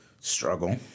struggle